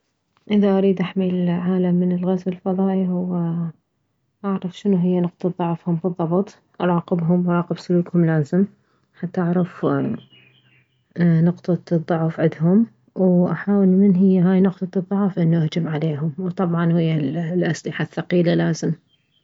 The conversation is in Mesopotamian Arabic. اذا اريد احمي العالم من الغزو الفضائي اعرف شنو هي نقطة ضعفهم بالضبط اراقبهم واراقب سلوكهم لازم حتى اعرف نقطة الضعف عدهم واحاول من هي هاي نقطة الضعف انه اهجم عليهم وطبعا ويه الاسلحة الثقيلة لازم